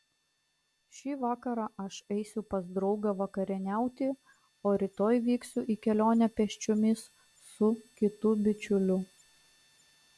šį vakarą aš eisiu pas draugą vakarieniauti o rytoj vyksiu į kelionę pėsčiomis su kitu bičiuliu